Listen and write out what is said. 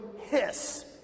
hiss